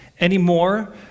anymore